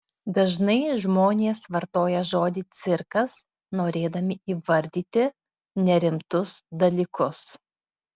dažnai žmonės vartoja žodį cirkas norėdami įvardyti nerimtus dalykus